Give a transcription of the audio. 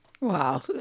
Wow